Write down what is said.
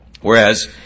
Whereas